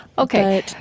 ok